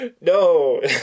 No